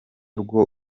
rwo